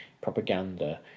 propaganda